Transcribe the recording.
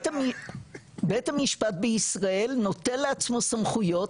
בית המשפט בישראל נוטל לעצמו סמכויות,